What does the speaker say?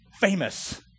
famous